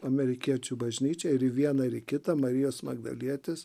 amerikiečių bažnyčią ir į vieną ir į kitą marijos magdalietės